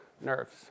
nerves